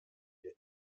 wir